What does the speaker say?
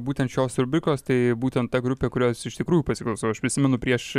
būtent šios rubrikos tai būtent ta grupė kurios iš tikrųjų pasiklausau aš prisimenu prieš